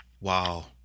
Wow